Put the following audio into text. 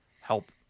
help